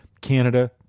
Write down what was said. Canada